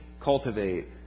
cultivate